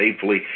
safely